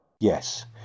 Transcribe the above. Yes